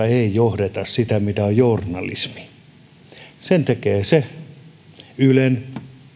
ei johdeta sitä mitä on journalismi sen tekee ylen